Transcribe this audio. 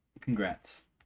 Congrats